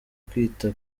kwita